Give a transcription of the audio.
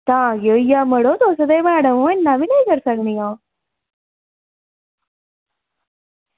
तां केह् होई गेआ मड़ो तुस ते मैडम ओ इन्ना बी नेईं करी सकनी आं